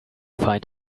find